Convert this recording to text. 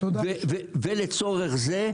ולצורך זה,